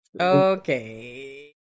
Okay